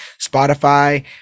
Spotify